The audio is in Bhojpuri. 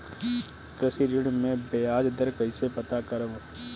कृषि ऋण में बयाज दर कइसे पता करब?